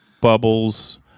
bubbles